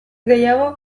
gehiago